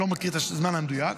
לא מכיר את הזמן המדויק,